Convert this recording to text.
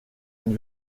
une